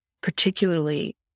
particularly